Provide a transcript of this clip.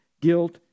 guilt